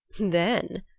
then,